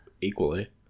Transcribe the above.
equally